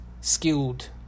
skilled